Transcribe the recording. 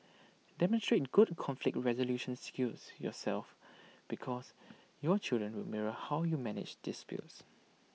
demonstrate good conflict resolution skills yourself because your children will mirror how you manage disputes